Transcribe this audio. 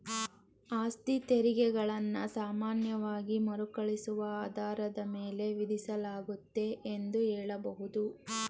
ಆಸ್ತಿತೆರಿಗೆ ಗಳನ್ನ ಸಾಮಾನ್ಯವಾಗಿ ಮರುಕಳಿಸುವ ಆಧಾರದ ಮೇಲೆ ವಿಧಿಸಲಾಗುತ್ತೆ ಎಂದು ಹೇಳಬಹುದು